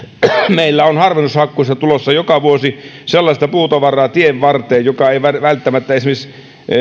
meillä on harvennushakkuissa tulossa joka vuosi sellaista puutavaraa tienvarteen joka ei välttämättä esimerkiksi